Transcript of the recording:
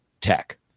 tech